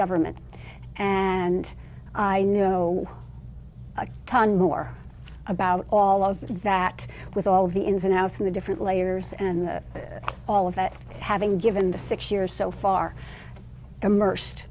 government and i know a ton more about all of that with all the ins and outs of the different layers and all of that having given the six years so far immersed